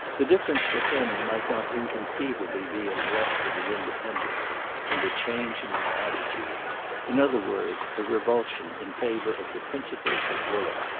the difference for him might not inconceivably be an arrest of his independence and a change in his attitude in other words a revulsion in favour of the principles of woollett.